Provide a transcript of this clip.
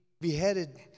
beheaded